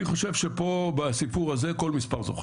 אני חושב שפה בסיפור הזה כל מספר זוכה.